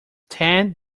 tend